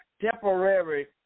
temporary